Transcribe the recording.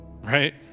Right